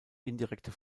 indirekte